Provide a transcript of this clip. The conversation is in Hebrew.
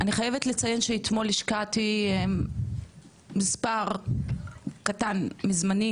אני חייבת לציין שאתמול השקעתי מספר קטן מזמני